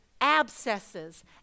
abscesses